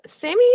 Sammy